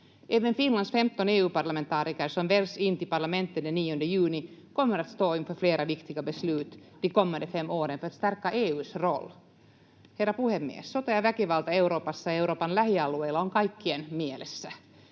Även Finlands 15 EU-parlamentariker, som väljs in till parlamentet den 9 juni, kommer att stå inför flera viktiga beslut de kommande fem åren för att stärka EU:s roll. Herra puhemies! Sota ja väkivalta Euroopassa ja Euroopan lähialueilla on kaikkien mielessä.